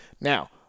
now